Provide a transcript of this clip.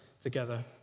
together